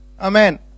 Amen